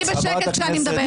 תהיי בשקט כשאני מדברת.